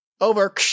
Over